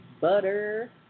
butter